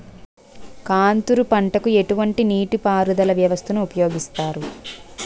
Contour పంటకు ఎటువంటి నీటిపారుదల వ్యవస్థను ఉపయోగిస్తారు?